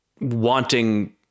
wanting